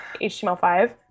HTML5